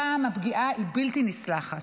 הפעם הפגיעה היא בלתי נסלחת.